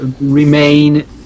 remain